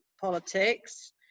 politics